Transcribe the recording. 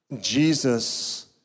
Jesus